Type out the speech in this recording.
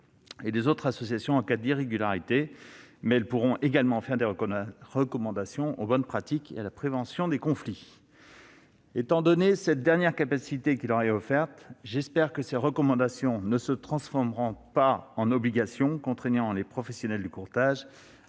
et les autres associations en cas d'irrégularités, mais elles pourront également formuler des recommandations encourageant aux bonnes pratiques et à la prévention des conflits. Étant donné cette dernière capacité qui leur est offerte, j'espère que de telles recommandations ne se transformeront pas en obligations, contraignant les professionnels du courtage